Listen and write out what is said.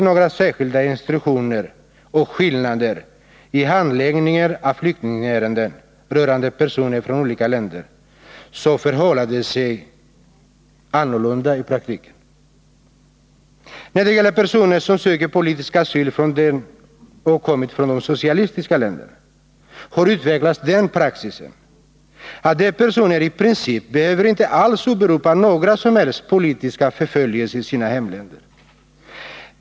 några särskilda instruktioner och skillnader i handläggningen av Måndagen den flyktingärenden rörande personer från olika länder, förhåller det sig 2 november 1981 annorlunda i praktiken. När det gäller personer som söker politisk asyl och som kommit från de socialistiska länderna har den praxisen utvecklats att de personerna i princip inte behöver åberopa några som helst politiska förföljelser i sina hemländer.